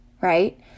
Right